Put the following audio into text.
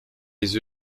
les